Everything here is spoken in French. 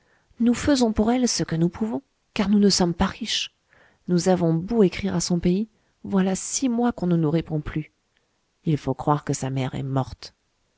nous faisons pour elle ce que nous pouvons car nous ne sommes pas riches nous avons beau écrire à son pays voilà six mois qu'on ne nous répond plus il faut croire que sa mère est morte